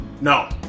No